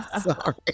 Sorry